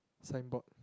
signboard